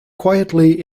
quietly